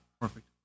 perfect